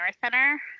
Center